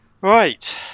Right